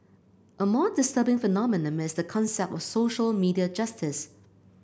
a more disturbing phenomenon is the concept of social media justice